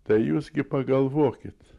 tai jūs gi pagalvokit